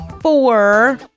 four